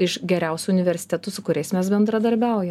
iš geriausių universitetų su kuriais mes bendradarbiauja